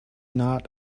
not